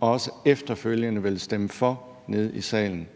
også efterfølgende vil stemme for nede i salen.